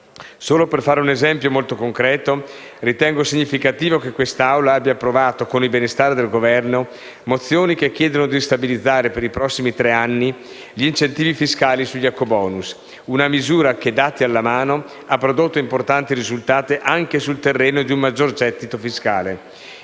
Solo per fare un esempio molto concreto, ritengo significativo che quest'Assemblea abbia approvato, con il benestare del Governo, mozioni che chiedono di stabilizzare, per i prossimi tre anni, gli incentivi fiscali sugli ecobonus. Si tratta di una misura che, dati alla mano, ha prodotto importanti risultati anche sul terreno di un maggiore gettito fiscale.